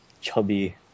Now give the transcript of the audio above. Chubby